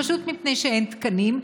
פשוט מפני שאין תקנים,